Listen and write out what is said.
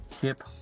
hip